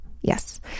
Yes